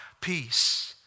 peace